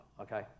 okay